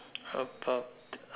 about